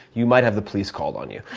you might have the police called on you.